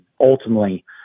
ultimately